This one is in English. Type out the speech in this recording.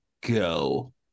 go